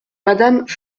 madame